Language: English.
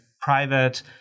private